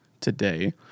today